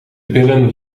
pillen